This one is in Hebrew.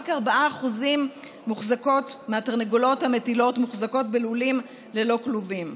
רק 4% מהתרנגולות המטילות מוחזקות בלולים ללא כלובים.